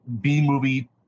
B-movie